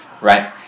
right